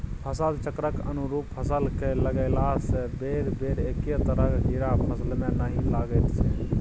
फसल चक्रक अनुरूप फसल कए लगेलासँ बेरबेर एक्के तरहक कीड़ा फसलमे नहि लागैत छै